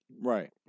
Right